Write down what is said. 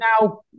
now